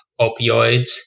opioids